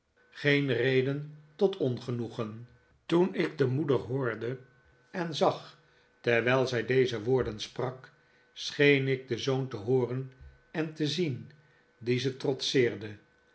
geen reden tot ongenoegen toen ik de moeder hoorde en zag terwijl zij deze woorden sprak scheen ik den zoon te hooren en te zien dien ze trotseerde